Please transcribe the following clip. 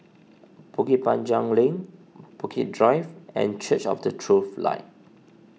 Bukit Panjang Link Bukit Drive and Church of the Truth Light